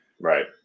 Right